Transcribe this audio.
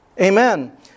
Amen